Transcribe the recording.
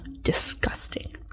disgusting